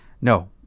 no